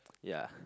ya